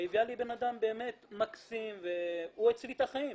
והיא הביאה לי בנאדם באמת מסכים והוא הציל לי את החיים.